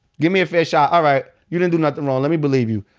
give me a fair shot. all right. you didn't do nothin' wrong. lemme believe you.